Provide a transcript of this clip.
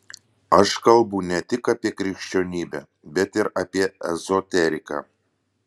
aš kalbu ne tik apie krikščionybę bet ir apie ezoteriką